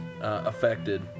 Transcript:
affected